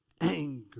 anger